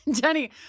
Jenny